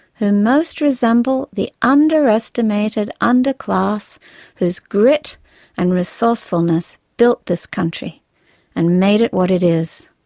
who most resemble the underestimated underclass whose grit and resourcefulness built this country and made it what it is.